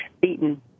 beaten